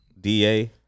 DA